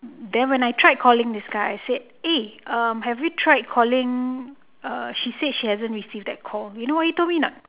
then when I tried calling this guy I said eh uh have you tried calling uh she said she hasn't received that call you know what he told me or not